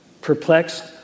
Perplexed